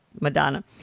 Madonna